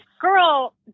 girl